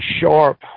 sharp